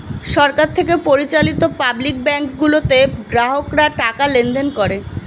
সরকার থেকে পরিচালিত public bank গুলোতে গ্রাহকরা টাকা লেনদেন করে